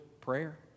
prayer